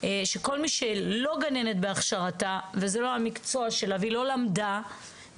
שכל מי שלא גננת בהכשרתה וזה לא המקצוע שלה והיא לא למדה,